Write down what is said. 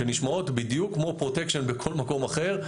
שנשמעות בדיוק כמו פרוטקשן בכל מקום אחר.